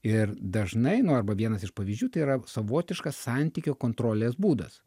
ir dažnai nu arba vienas iš pavyzdžių tai yra savotiškas santykio kontrolės būdas